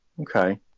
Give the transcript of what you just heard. Okay